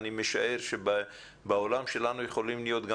אני משער שבעולם שלנו יכולות להיות גם